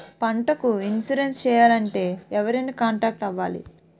పంటకు ఇన్సురెన్స్ చేయాలంటే ఎవరిని కాంటాక్ట్ అవ్వాలి?